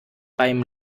beim